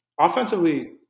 Offensively